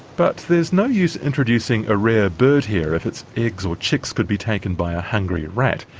but there's no use introducing a rare bird here if its eggs or chicks could be taken by a hungry rat.